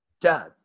Dad